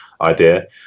idea